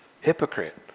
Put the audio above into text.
hypocrite